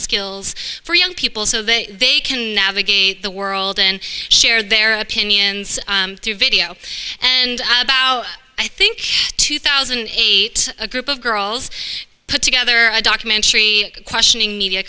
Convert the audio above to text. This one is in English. skills for young people so they they can navigate the world and share their opinions through video and i think two thousand and eight a group of girls put together a documentary questioning media